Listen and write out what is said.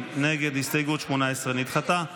הסתייגות 18 נדחתה.